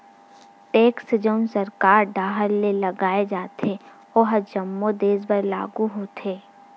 tax जउन सरकार डाहर ले लगाय जाथे ओहा जम्मो देस बर लागू होथे